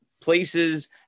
places